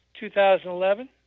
2011